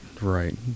right